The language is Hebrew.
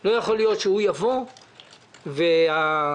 לא יכול להיות שמר רגרמן יבוא לכאן ואילו